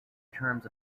terms